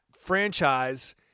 franchise